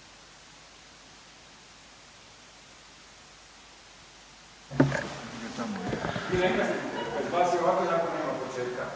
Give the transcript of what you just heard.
Hvala